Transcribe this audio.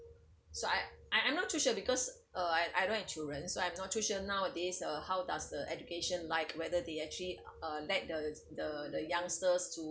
so I I I'm not too sure because uh I I don't have children so I'm not too sure nowadays uh how does the education like whether they actually let the the youngsters to